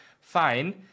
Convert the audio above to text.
fine